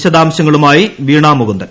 വിശദാംശങ്ങളുമായി വീണാമുകുന്ദൻ